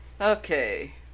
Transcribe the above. Okay